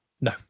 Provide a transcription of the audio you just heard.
No